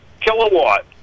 kilowatt